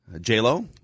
J-Lo